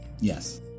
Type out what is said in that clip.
Yes